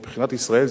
מבחינת ישראל,